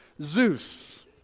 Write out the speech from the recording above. Zeus